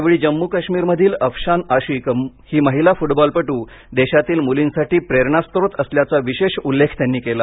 यावेळी जम्मू काश्मीर मधील अफशान आशिक महिला फुटबॉलपटू ही देशातील मुलींसाठी प्रेरणास्त्रोत असल्याचा विशेष उल्लेख केला